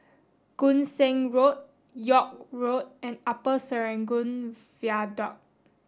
Koon Seng Road York Road and Upper Serangoon Viaduct